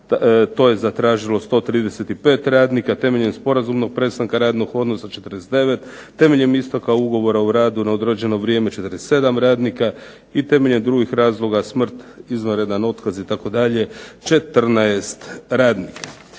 to je zatražilo 135 radnika. Temeljem sporazumnog prestanka radnog odnosa 49. Temeljem isteka ugovora o radu na određeno vrijeme 47 radnika. I temeljem drugih razloga smrt, izvanredan otkaz itd. 14 radnika.